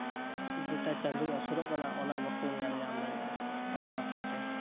ᱡᱮᱴᱟ ᱪᱟᱸᱫᱳᱭ ᱦᱟᱹᱥᱩᱨᱚᱜ ᱠᱟᱱᱟ ᱚᱱᱟ ᱵᱟᱠᱚ ᱧᱮᱞ ᱧᱟᱢ ᱫᱟᱲᱮᱭᱟᱜᱼᱟ ᱚᱱᱟ ᱵᱟᱠᱷᱨᱟ ᱛᱮ